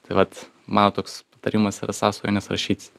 tai vat mano toks patarimas yra savo svajones rašytis